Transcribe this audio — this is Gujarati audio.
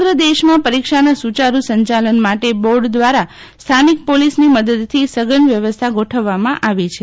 સમગ્ર દેશમાં પરીક્ષાના સુચારૂ સંચાલન માટે બોર્ડ દ્વારા સ્થાનિક પોલીસની મદદથી સઘન વ્યવસ્થા ગોઠવવામાં આવી છે